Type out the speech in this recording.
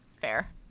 Fair